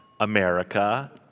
America